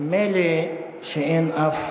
מילא שאין אף